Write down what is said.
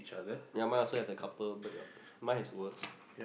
ya my also have the couple but your my has words